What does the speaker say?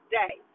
day